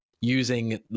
using